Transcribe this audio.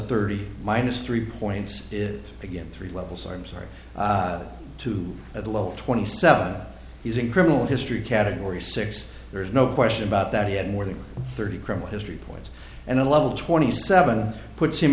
thirty minus three points is again three levels i'm sorry two at the low twenty seven he's in criminal history category six there is no question about that he had more than thirty criminal history points and a level twenty seven puts him